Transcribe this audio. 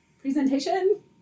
presentation